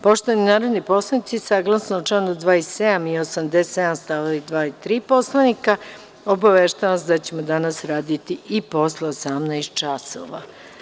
Poštovani narodni poslanici, saglasno članu 27. i 87. stavovi 2. i 3. Poslovnika, obaveštavam vas da ćemo danas raditi i posle 18,00 časova.